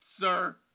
sir